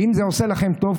אם זה עושה לכם טוב,